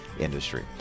industry